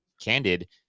candid